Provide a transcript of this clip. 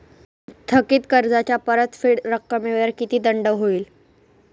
थकीत कर्जाच्या परतफेड रकमेवर किती दंड होईल?